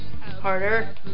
Harder